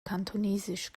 kantonesisch